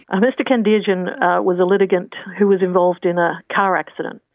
mr kendirjian was a litigant who was involved in a car accident,